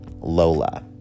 Lola